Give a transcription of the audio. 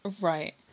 right